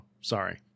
sorry